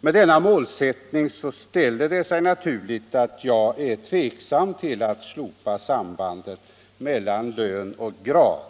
Med denna målsättning ställer det sig naturligt att jag är tveksam till att slopa sambandet mellan lön och grad.